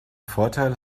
vorteil